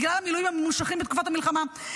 בגלל המילואים הממושכים בתקופת המלחמה,